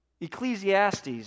Ecclesiastes